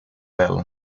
bela